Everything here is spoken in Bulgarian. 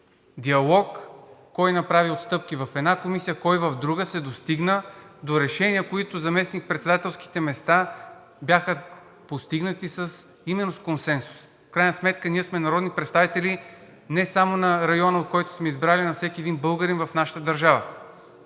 диалог – кой направи отстъпки в една комисия, кой в друга, се достигна до решения, с които заместникпредседателските места бяха постигнати именно с консенсус. В крайна сметка ние сме народни представители не само на района, от който сме избрани, а на всеки един българин в нашата държава.